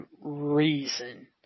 reason